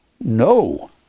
no